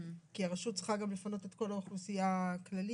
כי הרשות צריכה גם לפנות את כל האוכלוסייה הכללית.